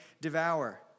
devour